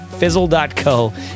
Fizzle.co